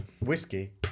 whiskey